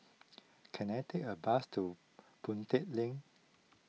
can I take a bus to Boon Tat Link